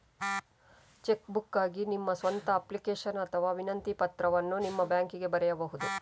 check ಬುಕ್ಗಾಗಿ ನಿಮ್ಮ ಸ್ವಂತ ಅಪ್ಲಿಕೇಶನ್ ಅಥವಾ ವಿನಂತಿ ಪತ್ರವನ್ನು ನಿಮ್ಮ ಬ್ಯಾಂಕಿಗೆ ಬರೆಯಬಹುದು